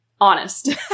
Honest